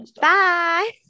Bye